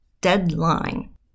DEADLINE